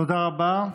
תודה רבה.